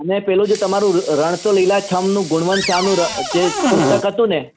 અને પેલું જે તમારું રણ તો લીલાંછમનું ગુણવંત શાહનું જે પુસ્તક હતું ને